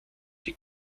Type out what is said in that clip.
die